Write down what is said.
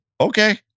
okay